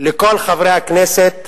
אתה מדבר כבר מעל ל-15 דקות.